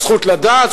הזכות לדעת,